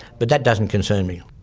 but that doesn't concern me.